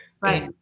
Right